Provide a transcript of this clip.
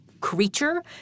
Creature